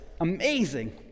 Amazing